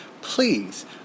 please